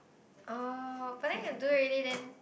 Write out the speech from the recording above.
oh but then you do already then